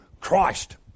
Christ